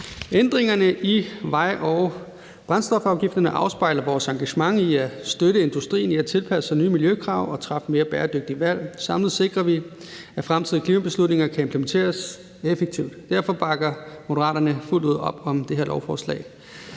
Ændringerne i vej- og brændstofafgifterne afspejler vores engagement i at støtte industrien i at tilpasse sig nye miljøkrav og træffe mere bæredygtige valg. Samlet sikrer vi, at fremtidige klimabeslutninger kan implementeres effektivt. Derfor bakker Moderaterne fuldt ud op om det her lovforslag,